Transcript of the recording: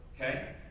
Okay